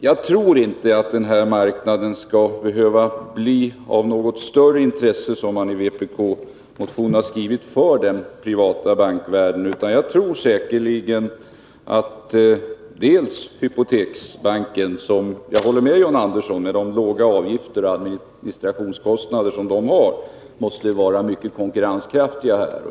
Jag tror inte att den här marknaden skall behöva bli av något större intresse för den privata bankvärlden, som man befarat i vpk-motionen. Jag tror att hypoteksbanken med sina låga avgifter och administrationskostnader — jag håller med John Andersson om att den har det - måste vara mycket konkurrenskraftig här.